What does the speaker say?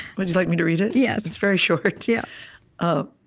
would you like me to read it? yes it's very short. yeah um